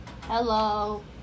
Hello